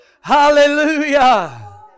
Hallelujah